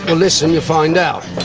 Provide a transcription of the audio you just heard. ah listen you'll find out.